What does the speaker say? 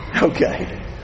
Okay